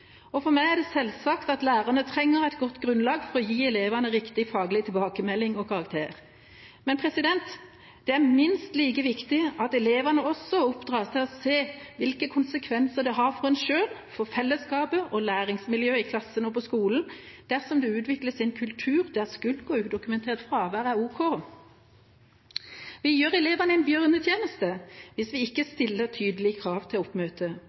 og for meg er det selvsagt at lærerne trenger et godt grunnlag for å gi elevene riktig faglig tilbakemelding og karakter. Men det er minst like viktig at elevene også oppdras til å se hvilke konsekvenser det har for en selv, for fellesskapet og for læringsmiljøet i klassen og på skolen dersom det utvikles en kultur der skulk og udokumentert fravær er ok. Vi gjør elevene en bjørnetjeneste hvis vi ikke stiller tydelige krav til oppmøte.